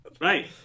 Right